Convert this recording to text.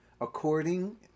according